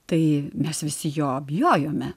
tai mes visi jo bijojome